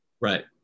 right